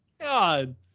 God